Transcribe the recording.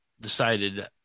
decided